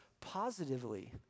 positively